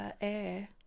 air